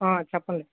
చెప్పండి